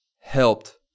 helped